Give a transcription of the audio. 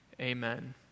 Amen